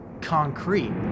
concrete